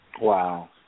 Wow